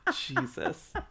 Jesus